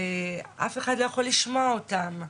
ואף אחד לא יכול לשמוע אותם.